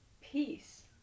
Peace